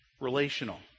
relational